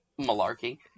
malarkey